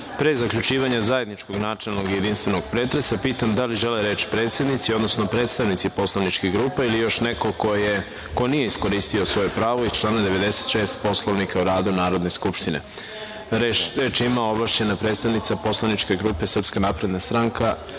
pre zaključivanja zajedničkog načelnog i jedinstvenog pretresa, pitam da li žele reč predsednici, odnosno predstavnici poslaničkih grupa ili još neko ko nije iskoristio svoje pravo iz člana 96. Poslovnika o radu Narodne skupštine? Reč ima ovlašćena predstavnica poslaničke grupe SNS, narodni poslanik